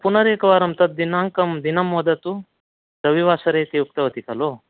पुनरेकवारं तद् दिनाङ्कं दिनं वदतु रविवासरे इति उक्तवती खलु